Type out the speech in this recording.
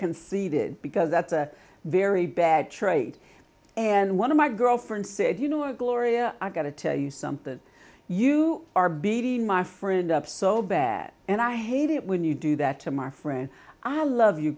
conceded because that's a very bad trade and one of my girlfriend said you know a gloria i got to tell you something you are beating my friend up so bad and i hate it when you do that to my friend i love you